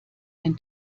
den